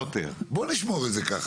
בואו נשמור את זה ככה.